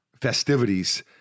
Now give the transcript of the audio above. festivities